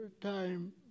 time